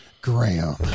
Graham